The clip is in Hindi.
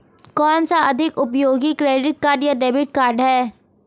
कौनसा अधिक उपयोगी क्रेडिट कार्ड या डेबिट कार्ड है?